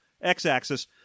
x-axis